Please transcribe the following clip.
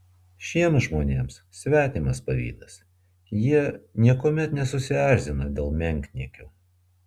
šiems žmonėms svetimas pavydas jie niekuomet nesusierzina dėl menkniekių